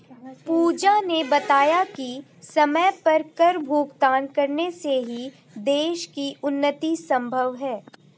पूजा ने बताया कि समय पर कर भुगतान करने से ही देश की उन्नति संभव है